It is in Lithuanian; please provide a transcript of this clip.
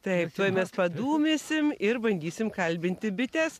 taip tuoj mes padūmysim ir bandysim kalbinti bites